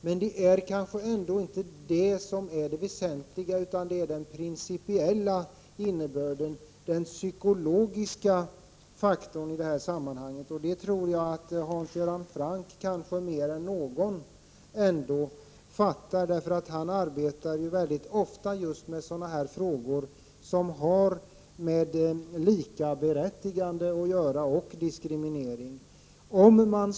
Kanske är ändå inte detta det principiellt viktiga, utan den principiella innebörden — den psykologiska faktorn. Detta tror jag att Hans Göran Franck kanske bättre än någon annan fattar, för han arbetar ju ofta just med frågor som har med likaberättigande och diskriminering att göra.